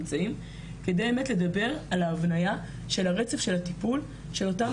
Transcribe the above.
כדי באמת לדבר על ההבניה של הרצף של הטיפול של אותם